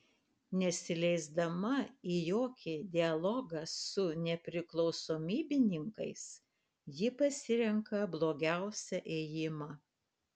nesileisdama į jokį dialogą su nepriklausomybininkais ji pasirenka blogiausią ėjimą